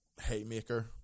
haymaker